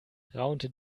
raunte